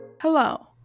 Hello